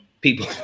people